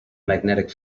magnetic